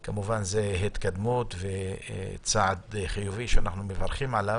זו כמובן התקדמות וצעד חיובי שאנחנו מברכים עליו.